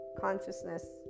consciousness